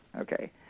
Okay